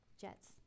Jets